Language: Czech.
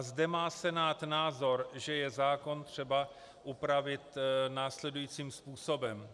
Zde má Senát názor, že je zákon třeba upravit následujícím způsobem.